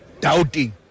doubting